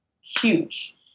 huge